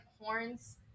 horns